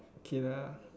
K lah